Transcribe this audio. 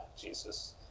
Jesus